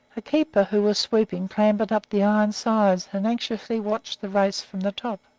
a keeper who was sweeping clambered up the iron sides and anxiously watched the race from the top.